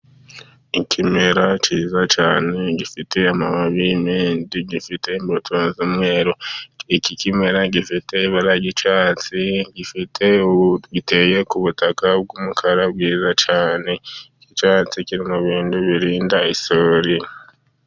Ikimera kiza cyane gifite amababi menshi, gifite imbuto z'umweru, iki kimera gifite ibara ry'icyatsi, giteye ku butaka bw'umukara bwiza cyane. Icyatsi kiri mu bintu birinda isuri.